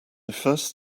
first